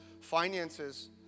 finances